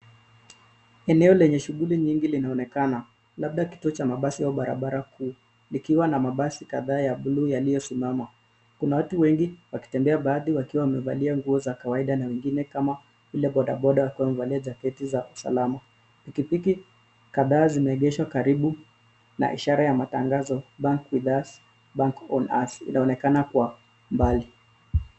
Eneo lenye shughuli nyingi linaonekana, labda kituo cha mabasi au barabara kuu, likiwa na mabasi kadhaa ya blue yaliyosimama. Kuna watu wengi wakitembea baadhi wakiwa wamevalia nguo za kawaida na wengine kama vile bodaboda wakiwa wamevalia jaketi za usalama. Pikipiki kadhaa zimeegeshwa karibu na ishara ya matangazo Bank with us , Bank on us inaonekana kwa mbali.